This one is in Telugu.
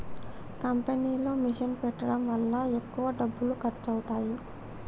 కంపెనీలో మిషన్ పెట్టడం వల్ల ఎక్కువ డబ్బులు ఖర్చు అవుతాయి